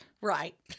Right